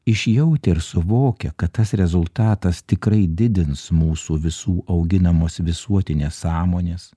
išjautę ir suvokę kad tas rezultatas tikrai didins mūsų visų auginamos visuotinės sąmonės